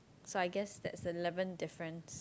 so I guess that's the eleven difference